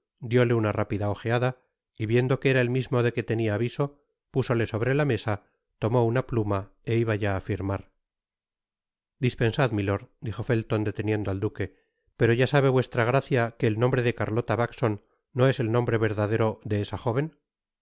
dióle una rápida ojeada y viendo que era el mismo de que tenia aviso púsole sobre la mesa tomó una pluma é iba ya á firmar dispensad milord dijo felton deteniendo al duque pero ya sabe vuestra gracia que el nombre de carlota backson no es el nombre verdadero de esa jóven